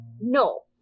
No